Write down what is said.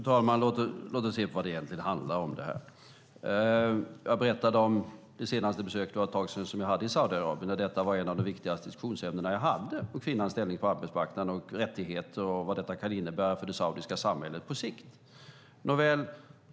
Fru talman! Låt oss se på vad det egentligen handlar om. Jag berättade om det senaste besöket jag hade i Saudiarabien - det var ett tag sedan - där ett av de viktigaste diskussionsämnena som jag hade var kvinnans ställning på arbetsmarknaden, rättigheter och vad detta kan innebära för det saudiska samhället på sikt.